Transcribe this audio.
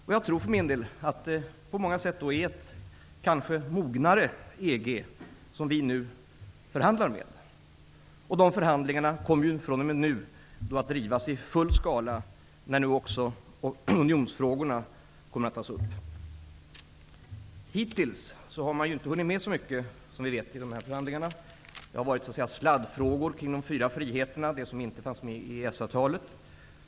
Vidare tror jag för min del att det på många sätt kanske är ett mognare EG som vi nu förhandlar med. De förhandlingarna kommer fr.o.m. nu att drivas i full skala. Också unionsfrågorna kommer ju nu att tas upp. Hittills har man, som vi vet, inte hunnit med så mycket i förhandlingarna. Det har handlat om s.k. sladdfrågor kring de fyra friheterna -- det som inte fanns med i EES-avtalet.